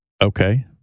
Okay